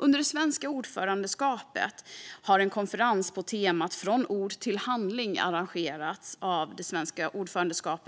Under det svenska ordförandeskapet har en konferens på temat Från ord till handling arrangerats